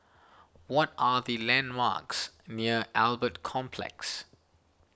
what are the landmarks near Albert Complex